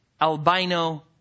albino